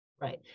right